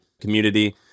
community